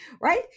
right